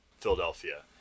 Philadelphia